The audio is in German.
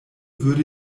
würde